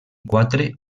quatre